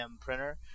printer